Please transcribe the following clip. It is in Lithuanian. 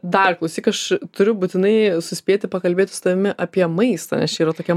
dar klausyk aš turiu būtinai suspėti pakalbėti su tavimi apie maistą nes čia yra tokia